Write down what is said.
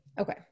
okay